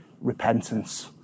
repentance